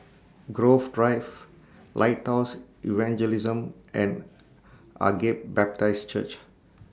Grove Drive Lighthouse Evangelism and Agape Baptist Church